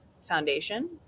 foundation